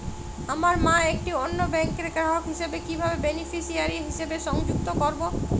আমার মা একটি অন্য ব্যাংকের গ্রাহক হিসেবে কীভাবে বেনিফিসিয়ারি হিসেবে সংযুক্ত করব?